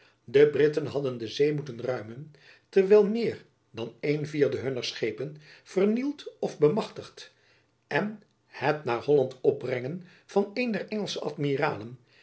de britten hadden de zee moeten ruimen terwijl meer dan een vierde hunner schepen vernield of bemachtigd en het naar holland opbrengen van een der engelsche